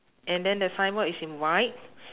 and then the signboard is in white